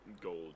gold